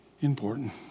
important